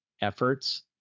efforts